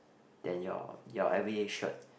than your everyday shirt